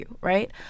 Right